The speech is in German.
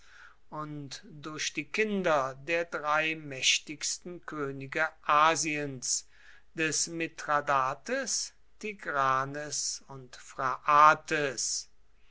und durch die kinder der drei mächtigsten könige asiens des mithradates tigranes und phraates